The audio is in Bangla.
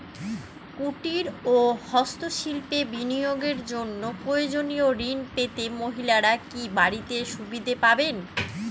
কুটীর ও হস্ত শিল্পে বিনিয়োগের জন্য প্রয়োজনীয় ঋণ পেতে মহিলারা কি বাড়তি সুবিধে পাবেন?